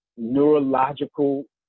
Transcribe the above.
Neurological